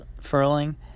furling